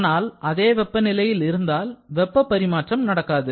ஆனால் அதே வெப்பநிலையில் இருந்தால் வெப்பப் பரிமாற்றம் நடக்காது